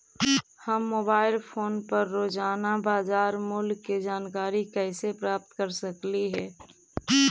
हम mobile phone पर रोजाना बाजार मूल्य के जानकारी कैसे प्राप्त कर सकली हे?